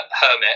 hermit